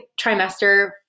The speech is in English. trimester